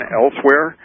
elsewhere